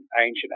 ancient